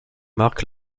marque